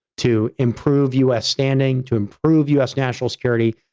to improve us standing to improve us national security,